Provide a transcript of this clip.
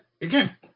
again